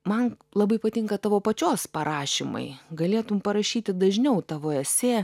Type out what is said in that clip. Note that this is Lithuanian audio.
man labai patinka tavo pačios parašymai galėtum parašyti dažniau tavo esė